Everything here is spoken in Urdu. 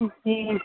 جی